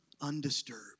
undisturbed